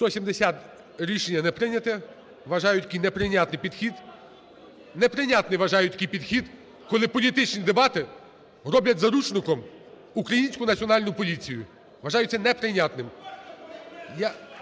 підхід. Неприйнятний, вважаю, такий підхід, коли політичні дебати роблять заручником українську Національну поліцію. Вважаю це неприйнятним.